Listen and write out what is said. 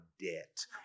debt